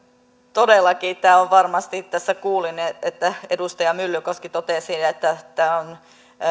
todellakin tässä kuulin että edustaja myllykoski totesi että tämä on